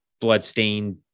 bloodstained